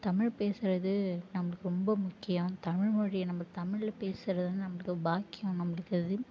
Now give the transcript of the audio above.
தமிழ் பேசுகிறது நம்மளுக்கு ரொம்ப முக்கியம் தமிழ் மொழியை நம்ம தமிழில் பேசுகிறது நம்மளுக்கு ஒரு பாக்கியம் நம்மளுக்கு அது